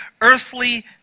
earthly